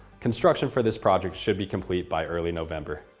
construction for this project should be complete by early november.